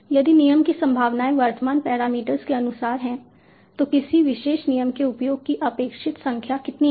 यदि नियम की संभावनाएं वर्तमान पैरामीटर्स के अनुसार है तो किसी विशेष नियम के उपयोग की अपेक्षित संख्या कितनी है